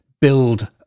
build